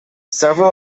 several